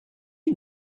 you